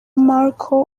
markle